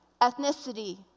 ethnicity